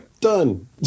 Done